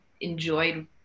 enjoyed